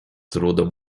trudem